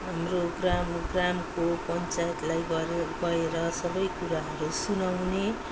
हाम्रो ग्राम ग्रामको पञ्चायतलाई गरेर गएर सबै कुराहरू सुनाउने